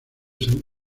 san